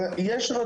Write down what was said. של מי?